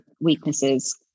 weaknesses